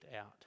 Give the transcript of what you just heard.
out